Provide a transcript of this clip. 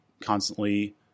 constantly